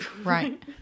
Right